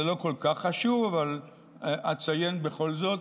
זה לא כל כך חשוב, אבל אציין בכל זאת.